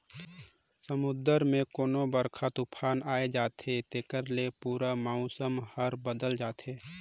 समुन्दर मे कोनो बड़रखा तुफान आये जाथे तेखर ले पूरा मउसम हर बदेल जाथे